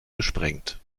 gesprengt